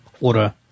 order